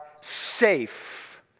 safe